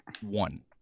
one